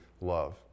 love